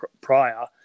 prior